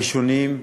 הראשונים,